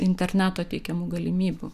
interneto teikiamų galimybių